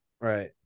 Right